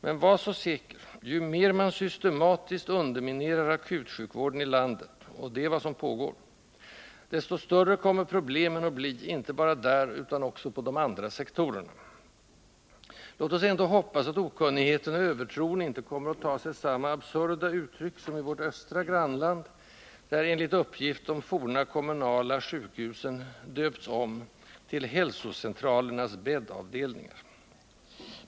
Men var så säker — ju mer man systematiskt underminerar akutsjukvården i landet — och det är vad som pågår — desto större kommer problemen att bli, och inte bara där utan också inom de andra sektorerna! Låt oss ändå hoppas att okunnigheten och övertron inte kommer att ta sig samma absurda uttryck som i vårt östra grannland, där — enligt uppgift — de forna kommunala sjukhusen döpts om till ”hälsocentralernas bäddavdelningar”.